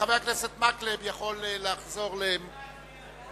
חבר הכנסת מקלב יכול לחזור ולהחליף אותי.